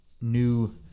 new